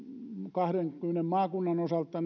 kahdenkymmenen maakunnan osalta